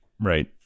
Right